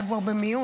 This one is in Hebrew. אתה כבר במיעוט,